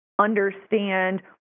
understand